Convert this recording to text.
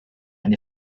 and